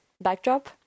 backdrop